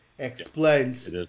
explains